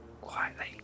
Quietly